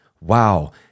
Wow